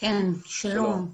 שלום.